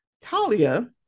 talia